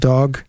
Dog